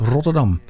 Rotterdam